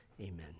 Amen